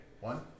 One